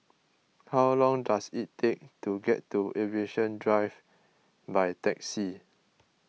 how long does it take to get to Aviation Drive by taxi